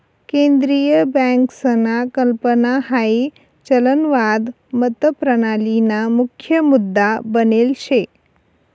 केंद्रीय बँकसना कल्पना हाई चलनवाद मतप्रणालीना मुख्य मुद्दा बनेल शे